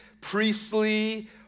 priestly